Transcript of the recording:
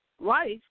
life